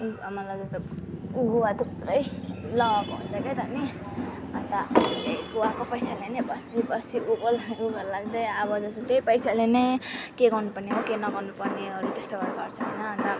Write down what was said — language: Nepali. गुवा थुप्रै लगाएको हुन्छ के त नि अन्त गुवाको पैसाले नै बसी बसी उँभो उँभो लाग्दै अब जस्तो कि त्यही पैसाले नै के गर्नुपर्ने हो के नगर्नुपर्नेहरू त्यस्तोहरू गर्छ होइन अन्त